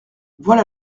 voilà